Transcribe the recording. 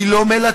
היא לא מלטפת,